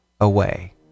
away